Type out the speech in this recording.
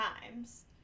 times